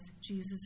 Jesus